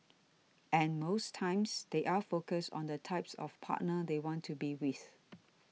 and most times they are focused on the type of partner they want to be with